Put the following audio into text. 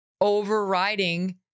overriding